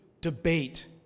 debate